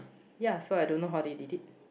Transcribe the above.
ya so I don't know how they did it